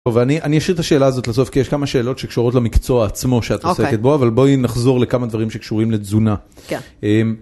טוב, אני אשאיר את השאלה הזאת לסוף כי יש כמה שאלות שקשורות למקצוע עצמו שאת עוסקת בו, אבל בואי נחזור לכמה דברים שקשורים לתזונה.